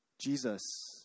Jesus